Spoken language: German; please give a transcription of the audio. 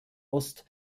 ost